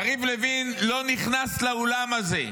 יריב לוין לא נכנס לאולם הזה.